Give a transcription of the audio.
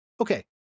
Okay